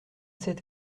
sept